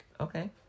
Okay